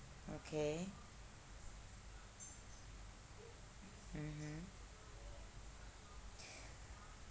okay mmhmm